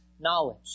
knowledge